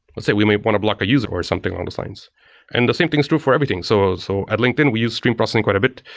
let's say we might want to block a user or something along those lines. and the same thing is true for everything. so so at linkedin we use stream processing quite a bit.